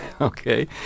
Okay